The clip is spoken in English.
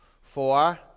Four